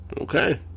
Okay